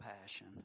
passion